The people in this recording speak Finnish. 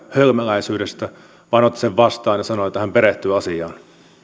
hölmöläisyydestä vaan otti sen vastaan ja sanoi että hän perehtyy asiaan